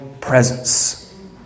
presence